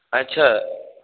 আচ্ছা